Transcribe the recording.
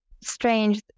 strange